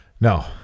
No